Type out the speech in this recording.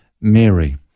Mary